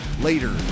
later